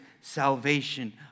salvation